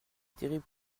terrible